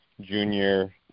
junior